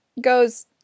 goes